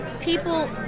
people